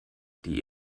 die